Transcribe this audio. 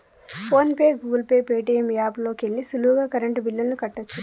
phone pay, Google Pay, Paytm app లోకెల్లి సులువుగా current బిల్లుల్ని కట్టచ్చు